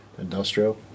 Industrial